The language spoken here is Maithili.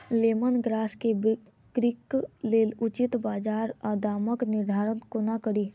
लेमन ग्रास केँ बिक्रीक लेल उचित बजार आ दामक निर्धारण कोना कड़ी?